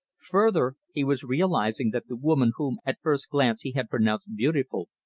further, he was realizing that the woman whom at first glance he had pronounced beautiful,